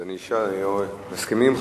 מסכימים?